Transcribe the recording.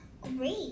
great